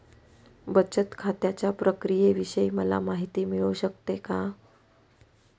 बचत खात्याच्या प्रक्रियेविषयी मला माहिती मिळू शकते का?